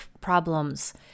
problems